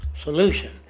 Solution